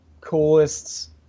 coolest